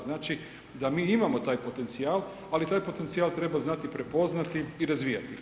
Znači da mi imamo taj potencijal ali taj potencijal treba znati prepoznati i razvijati ga.